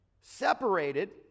separated